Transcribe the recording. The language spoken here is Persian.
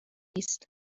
است